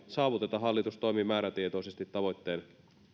saavuteta hallitus toimii määrätietoisesti tavoitteen